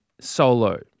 solo